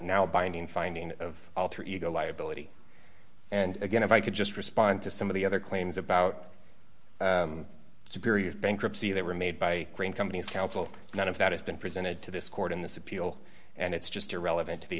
now binding finding of alter ego liability and again if i could just respond to some of the other claims about superior bankruptcy that were made by green companies counsel none of that has been presented to this court in this appeal and it's just irrelevant to the